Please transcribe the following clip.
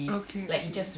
okay okay